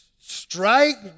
Strike